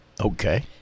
Okay